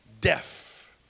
deaf